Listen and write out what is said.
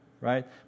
right